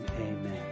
amen